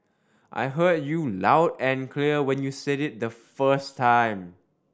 I heard you loud and clear when you said it the first time